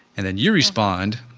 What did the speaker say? and then your respond,